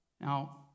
Now